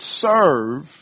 serve